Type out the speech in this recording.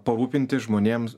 parūpinti žmonėms